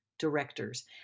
directors